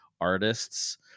artists